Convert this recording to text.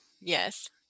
Yes